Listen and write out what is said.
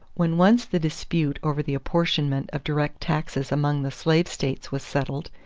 when once the dispute over the apportionment of direct taxes among the slave states was settled,